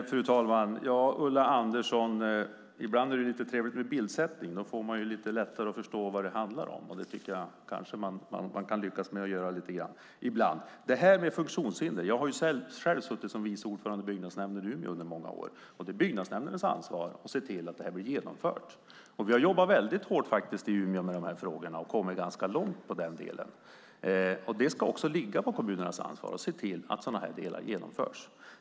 Fru talman! Ibland, Ulla Andersson, är det trevligt med bildsättning. Då blir det lättare att förstå vad det handlar om. Det kan man lyckas med ibland. Det var frågan om funktionshinder. Jag har själv suttit som vice ordförande i byggnadsnämnden i Umeå under många år. Det är byggnadsnämndernas ansvar att se till att arbetet blir genomfört. Vi har jobbat hårt i Umeå med dessa frågor och kommit långt. Det ska också ligga på kommunernas ansvar att se till att sådana delar genomförs.